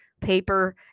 paper